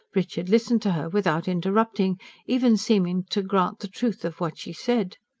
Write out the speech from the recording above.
richard listened to her without interrupting even seemed to grant the truth of what she said.